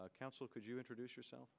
counsel could you introduce yourself